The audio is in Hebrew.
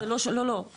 לא,